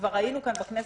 כבר ראינו כאן בכנסת,